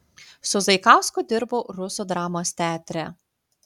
su zaikausku dirbau rusų dramos teatre